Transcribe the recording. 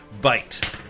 bite